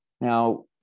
Now